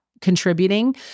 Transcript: contributing